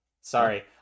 sorry